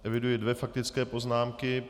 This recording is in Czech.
Eviduji dvě faktické poznámky.